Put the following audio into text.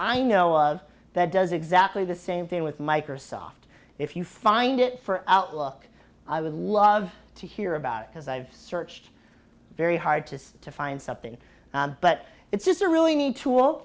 i know of that does exactly the same thing with microsoft if you find it for outlook i would love to hear about it because i've searched very hard to find something but it's just a really need tool